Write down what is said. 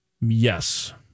Yes